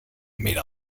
made